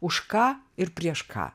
už ką ir prieš ką